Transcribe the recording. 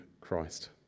Christ